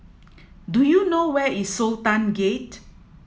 do you know where is Sultan Gate